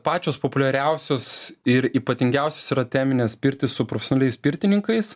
pačios populiariausios ir ypatingiausios yra teminės pirtys su profesionaliais pirtininkais